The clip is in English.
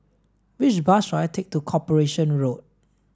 which bus should I take to Corporation Road